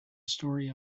story